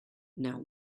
now